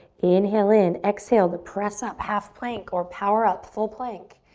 inhale in, exhale, to press up half plank or power up full plank.